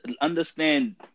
understand